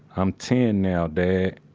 i'm ten now dad.